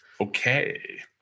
okay